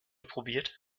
probiert